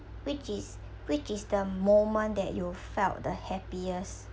which is which is the moment that you felt the happiest